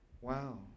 wow